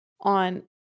on